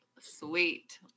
sweet